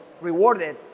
rewarded